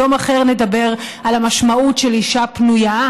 ביום אחר נדבר על המשמעות של אישה פנויה,